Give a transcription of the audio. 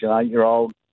eight-year-old